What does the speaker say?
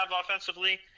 offensively